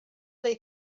they